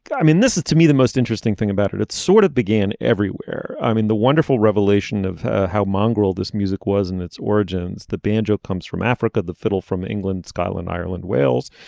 i mean this is to me the most interesting thing about it it sort of began everywhere. i mean the wonderful revelation of how mongrel this music was in its origins the banjo comes from africa the fiddle from england scotland ireland wales